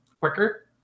quicker